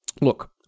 look